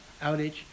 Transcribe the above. outage